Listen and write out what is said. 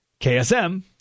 KSM